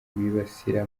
bibasiriye